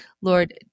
Lord